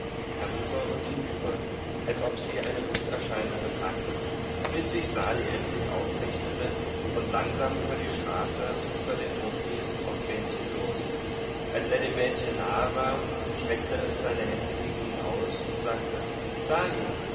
herüber und hinüber als ob sie eine lufterscheinung betrachteten bis sich sali endlich aufrichtete und langsam über die straße und über den hof ging auf vrenchen los als er dem mädchen nahe war streckte es seine hände gegen ihn aus und sagte sali